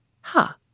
Ha